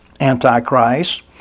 Antichrist